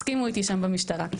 הסכימו איתי שם במשטרה.